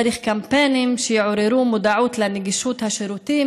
צריך קמפיינים שיעוררו מודעות לנגישות של השירותים.